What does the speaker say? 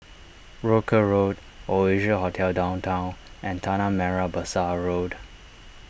Rochor Road Oasia Hotel Downtown and Tanah Merah Besar Road